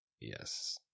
Yes